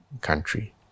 country